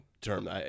term